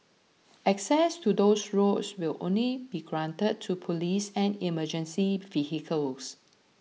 access to those roads will only be granted to police and emergency vehicles